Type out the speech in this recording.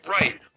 Right